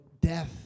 death